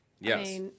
Yes